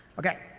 okay.